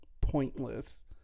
pointless